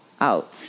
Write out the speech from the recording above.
out